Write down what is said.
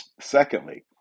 Secondly